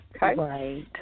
Right